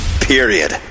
period